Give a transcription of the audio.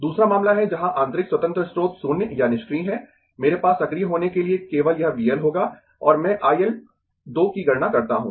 दूसरा मामला है जहां आंतरिक स्वतंत्र स्रोत शून्य या निष्क्रिय है मेरे पास सक्रिय होने के लिए केवल यह V L होगा और मैं I L 2 की गणना करता हूं